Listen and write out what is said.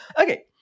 Okay